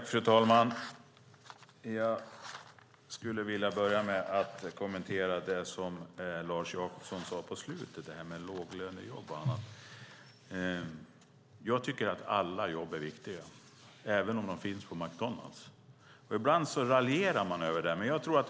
Fru talman! Jag skulle vilja börja med att kommentera det Leif Jakobsson sade på slutet om låglönejobb och annat. Jag tycker att alla jobb är viktiga, även om de finns på McDonalds. Ibland raljerar man över det.